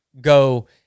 go